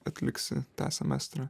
atliksi tą semestrą